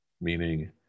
Meaning